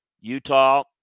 Utah